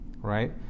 right